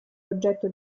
oggetto